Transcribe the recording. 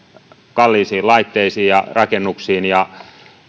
kalliisiin laitteisiin ja rakennuksiin ja